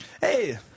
Hey